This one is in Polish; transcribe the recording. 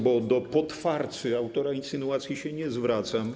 Bo do potwarcy, autora insynuacji się nie zwracam.